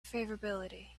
favorability